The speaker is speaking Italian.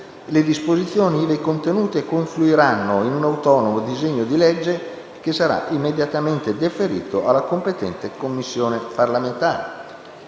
le disposizioni ivi contenute confluiranno in un autonomo disegno di legge, che sarà immediatamente deferito alle competenti Commissioni parlamentari.